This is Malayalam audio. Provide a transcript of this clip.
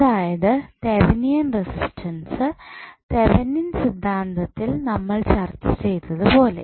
അതായത് തെവനിയൻ റെസിസ്റ്റൻസ് തെവനിയൻ സിദ്ധാന്തത്തിൽ നമ്മൾ ചർച്ച ചെയ്തത് പോലെ